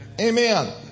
Amen